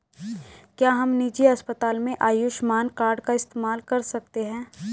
क्या हम निजी अस्पताल में आयुष्मान कार्ड का इस्तेमाल कर सकते हैं?